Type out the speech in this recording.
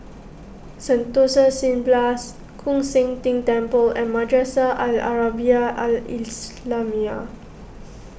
Sentosa Cineblast Koon Seng Ting Temple and Madrasah Al Arabiah Al Islamiah